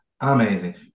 amazing